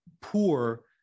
poor